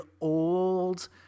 old